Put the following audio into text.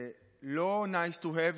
זה לא nice to have,